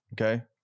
okay